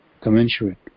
commensurate